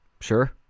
Sure